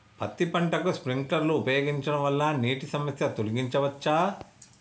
పత్తి పంటకు స్ప్రింక్లర్లు ఉపయోగించడం వల్ల నీటి సమస్యను తొలగించవచ్చా?